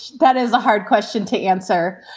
that is a hard question to answer.